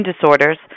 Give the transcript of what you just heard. disorders